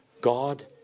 God